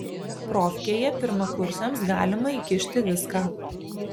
profkėje pirmakursiams galima įkišti viską